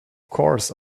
course